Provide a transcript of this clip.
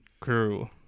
crew